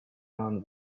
done